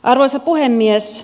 arvoisa puhemies